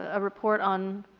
a report on